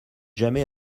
jamais